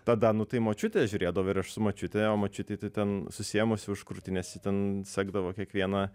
tada nu tai močiutė žiūrėdavo ir aš su močiute o močiutei tai ten susiėmusi už krūtinės ji ten sekdavo kiekvieną